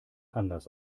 anders